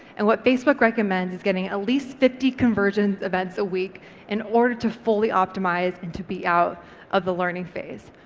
and what facebook recommends is getting at ah least fifty conversions events a week in order to fully optimise and to be out of the learning phase.